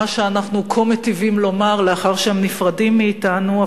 שאנחנו כה מיטיבים לומר לאחר שהם נפרדים מאתנו,